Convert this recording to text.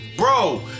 Bro